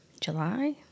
July